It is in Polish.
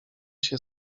się